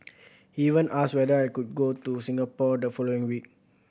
he even asked whether I could go to Singapore the following week